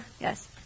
Yes